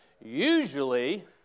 Usually